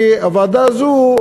כי הוועדה הזו,